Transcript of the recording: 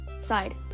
side